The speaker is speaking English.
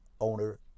owner